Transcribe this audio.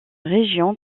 région